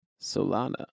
Solana